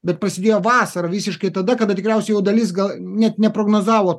bet prasidėjo vasarą visiškai tada kada tikriausiai jau dalis gal net neprognozavo